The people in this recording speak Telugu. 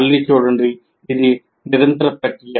మళ్ళీ చూడండి ఇది నిరంతర ప్రక్రియ